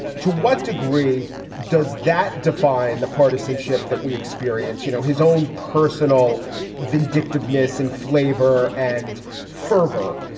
to what degree does that define the partisanship that we experience? you know, his own personal vindictiveness and flavor and fervor.